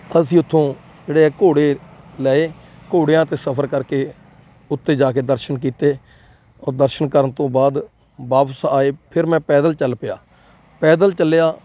ਅਸੀਂ ਉੱਥੋਂ ਜਿਹੜੇ ਘੋੜੇ ਲਏ ਘੋੜਿਆਂ 'ਤੇ ਸਫ਼ਰ ਕਰਕੇ ਉੱਤੇ ਜਾ ਕੇ ਦਰਸ਼ਨ ਕੀਤੇ ਉਹ ਦਰਸ਼ਨ ਕਰਨ ਤੋਂ ਬਾਅਦ ਵਾਪਿਸ ਆਏ ਫਿਰ ਮੈਂ ਪੈਦਲ ਚੱਲ ਪਿਆ ਪੈਦਲ ਚੱਲਿਆ